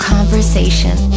Conversation